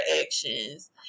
actions